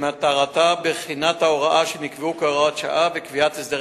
שמטרתה בחינת ההוראה שנקבעה כהוראת שעה וקביעת הסדרי